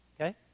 okay